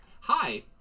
Hi